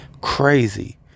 Crazy